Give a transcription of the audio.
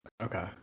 Okay